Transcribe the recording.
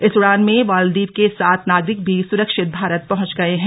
इस उडान में मॉलदीव के सात नागरिक भी सुरक्षित भारत पहच गए हैं